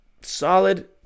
solid